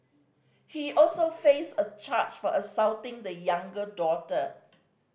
he also faced a charge for assaulting the younger daughter